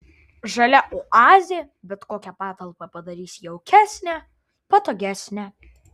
žalia oazė bet kokią patalpą padarys jaukesnę patogesnę